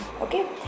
okay